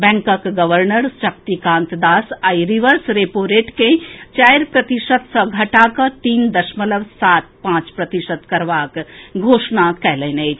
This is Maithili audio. बैंकक गवर्नर शक्तिकांत दास आइ रिवर्स रेपो रेट के चारि प्रतिशत सँ घटा कऽ तीन दशमलव सात पांच प्रतिशत करबाक घोषणा कएलनि अछि